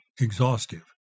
exhaustive